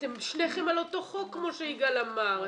שניכם על אותו חוק, כמו שיגאל אמר.